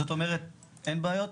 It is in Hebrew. זאת אומרת, אין בעיות?